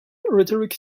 rhetoric